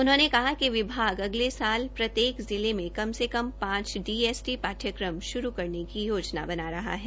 उन्होंने कहा कि विभाग अगले साल प्रत्येक जिले में कम से कम पांच डीएसटी पाठ्यक्रम शुरू करने की योजना बना रहा है